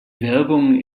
werbung